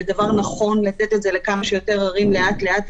זה דבר נכון לתת את זה לכמה שיותר ערים לאט לאט,